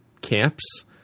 camps